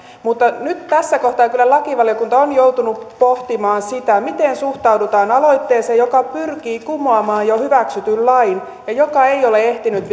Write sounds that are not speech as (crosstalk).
mutta nyt tässä kohtaa kyllä lakivaliokunta on joutunut pohtimaan sitä miten suhtaudutaan aloitteeseen joka pyrkii kumoamaan jo hyväksytyn lain joka ei ole ehtinyt (unintelligible)